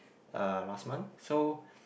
uh last month so